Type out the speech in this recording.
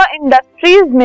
industries